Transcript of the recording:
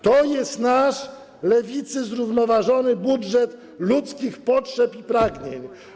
To jest nasz, Lewicy, zrównoważony budżet ludzkich potrzeb i pragnień.